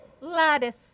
Lattice